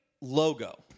logo